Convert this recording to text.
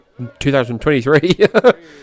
2023